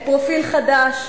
את "פרופיל חדש",